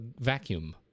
vacuum